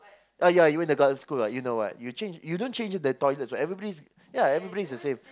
oh you went to girls' school you know what you don't change in the toilet everybody is the same